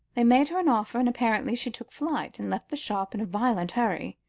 they made her an offer, and apparently she took flight, and left the shop in a violent hurry.